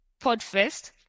PodFest